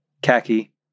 Khaki